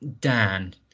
Dan